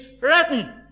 written